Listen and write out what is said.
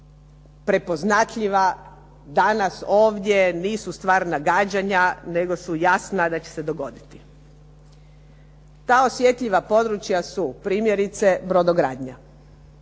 prepoznatljiva, danas ovdje nisu stvar nagađanja, nego su jasna da će se dogoditi. Ta osjetljiva područja su primjerice brodogradnja.